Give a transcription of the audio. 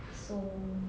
so